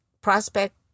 Prospect